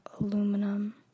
Aluminum